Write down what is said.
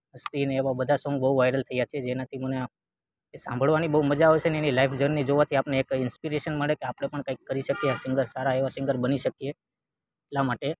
સ્ટીન એવા બધા સોંગ બહુ વાયરલ થયા છે જેનાથી મને આ એ સાંભળવાની બહુ મજા આવે છે ને એની લાઈફ જર્ની જોવાથી આપણને એક ઈન્સપીરેશન મળે કે આપણે પણ કંઈક કરી શકીએ સિંગર સારા એવા સિંગર બની શકીએ એટલા માટે